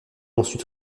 ensuite